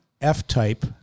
F-Type